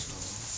ah